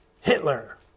Hitler